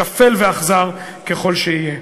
שפל ואכזר ככל שיהיה.